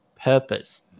purpose